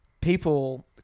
people